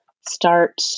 start